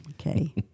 Okay